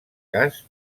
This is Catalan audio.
cas